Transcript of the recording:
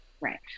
Right